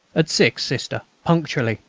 at six, sister, punctually,